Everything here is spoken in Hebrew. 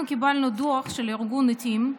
אנחנו קיבלנו דוח של ארגון עתים,